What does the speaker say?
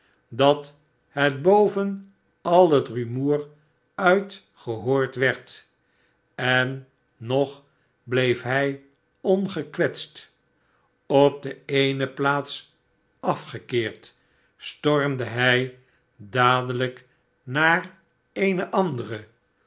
dat het boven al het rumoer uit gehoord werd en nog bleef hij ongekwetst op de eene plaats afgekeerd stormde hij dadelijk naar eene andere